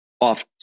off